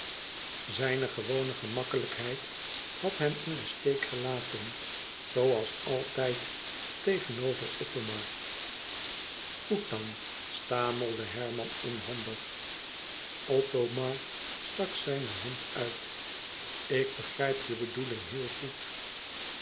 zijne gewone gemakkelijkheid had hem in den steek gelaten zooals altijd tegenover othomar goed dan stamelde herman onhandig othomar stak zijne hand uit ik begrijp je bedoeling heel goed